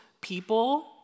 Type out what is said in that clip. people